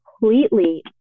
completely